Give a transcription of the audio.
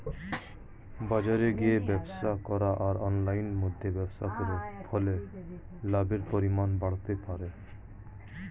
বাজারে গিয়ে ব্যবসা করা আর অনলাইনের মধ্যে ব্যবসা করার ফলে লাভের পরিমাণ বাড়তে পারে?